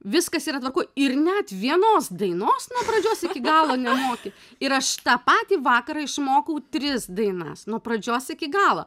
viskas yra tvarkoj ir net vienos dainos nuo pradžios iki galo nemoki ir aš tą patį vakarą išmokau tris dainas nuo pradžios iki galo